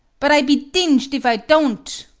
but i be dinged if i don't.